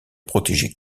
protéger